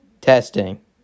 testing